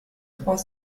trois